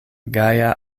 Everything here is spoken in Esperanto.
gaja